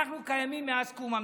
קיימים מאז קום המדינה,